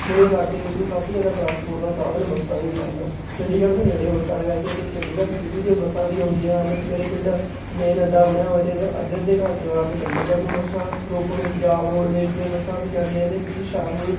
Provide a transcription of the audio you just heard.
ਮੇਰੇ ਇਲਾਕੇ ਵਿੱਚ ਸਭ ਤੋਂ ਜ਼ਿਆਦਾ ਟਰਾਂਸਪੋਰਟ ਦਾ ਸਾਧਨ ਬੱਸਾਂ ਹੀ ਹਨ ਚੰਡੀਗੜ੍ਹ ਦੇ ਨੇੜੇ ਹੋਰ ਕਾਰਨਾਂ ਕਰਕੇ ਅਤੇ ਚੰਡੀਗੜ੍ਹ ਸੀ ਟੀ ਯੂ ਦੀਆਂ ਬੱਸਾਂ ਵੀ ਆਉਂਦੀਆਂ ਹਨ ਮੇਰੇ ਪਿੰਡ ਮੇਨ ਅੱਡਾ ਬਣਿਆ ਹੋਇਆ ਅਤੇ ਇਹਦੇ ਅੱਧੇ ਅੱਧੇ ਘੰਟੇ ਬਾਅਦ ਚੰਡੀਗੜ੍ਹ ਨੂੰ ਬੱਸਾਂ ਰੋਪੜ ਨੂੰ ਪੰਜਾਬ ਰੋਡਵੇਜ਼ ਦੀਆਂ ਬੱਸਾਂ ਵੀ ਜਾਂਦੀਆਂ ਰਹਿੰਦੀਆਂ ਅਤੇ ਸ਼ਾਮ ਨੂੰ